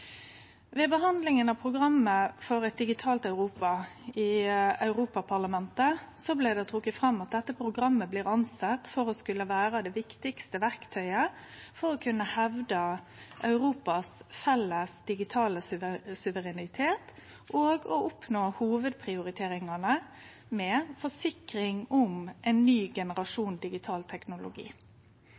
Ved behandlinga av Programmet for eit digitalt Europa i Europaparlamentet blei det trekt fram at dette programmet blir sett på som det viktigaste verktøyet for å kunne hevde Europas felles digitale suverenitet og å oppnå hovudprioriteringane med forsikring om ein ny generasjon digital teknologi.